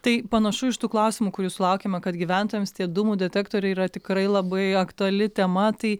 tai panašu iš tų klausimų kurių sulaukėme kad gyventojams tie dūmų detektoriai yra tikrai labai aktuali tema tai